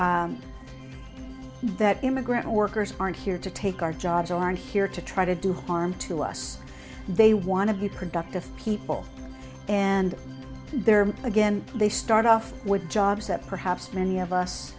that immigrant workers aren't here to take our jobs aren't here to try to do harm to us they want to be productive people and there again they start off with jobs that perhaps many of